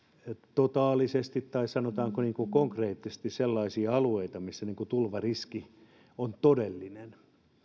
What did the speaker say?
totaalisesti tai sanotaanko konkreettisesti sellaisia alueita missä tulvariski on todellinen